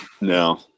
No